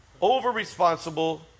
Over-responsible